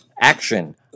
action